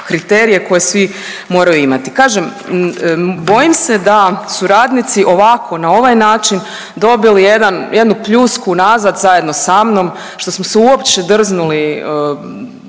kriterije koje svi moraju imati. Kažem, bojim se da su radnici ovako na ovaj način dobili jedan, jednu pljusku nazad zajedno sa mnom što smo se uopće drznuli